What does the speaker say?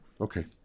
Okay